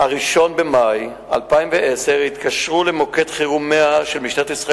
1. מה החליטה המשטרה לגבי החשוד שנעצר?